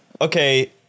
okay